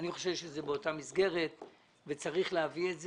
אני חושב שזה באותה מסגרת וצריך להביא את זה.